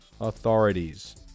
authorities